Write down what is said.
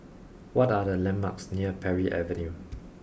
what are the landmarks near Parry Avenue